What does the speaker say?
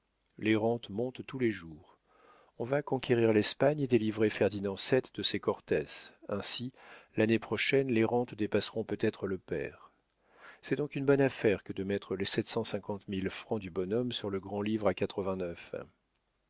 les rentes montent tous les jours on va conquérir l'espagne et délivrer ferdinand vii de ses cortès ainsi l'année prochaine les rentes dépasseront peut-être le pair c'est donc une bonne affaire que de mettre les sept cent cinquante mille francs du bonhomme sur le grand livre à